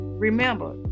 Remember